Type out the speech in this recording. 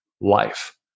life